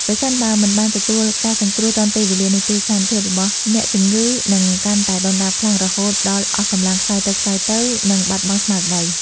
ប្រសិនបើមិនបានទទួលការសង្គ្រោះទាន់ពេលវេលាទេនោះ ស្ថានភាពរបស់អ្នកជំងឺនឹងកាន់តែដុនដាបខ្លាំង រហូតដល់អស់កម្លាំងខ្សោយទៅៗ និងបាត់បង់ស្មារតី។